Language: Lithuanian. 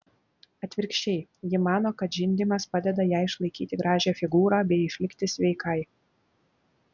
atvirkščiai ji mano kad žindymas padeda jai išlaikyti gražią figūrą bei išlikti sveikai